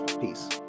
peace